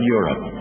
Europe